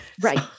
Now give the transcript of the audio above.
Right